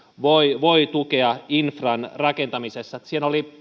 voi tukea infran rakentamisessa siinä oli